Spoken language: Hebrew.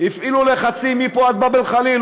הפעילו לחצים מפה עד באב אל-ח'ליל.